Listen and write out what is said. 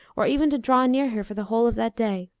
or even to draw near her for the whole of that day